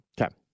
Okay